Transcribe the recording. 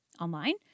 online